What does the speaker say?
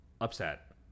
upset